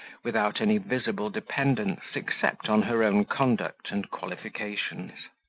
without any visible dependence, except on her own conduct and qualifications.